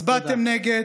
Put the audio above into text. הצבעתם נגד,